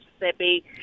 Mississippi